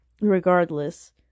regardless